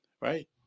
right